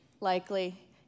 likely